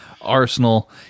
Arsenal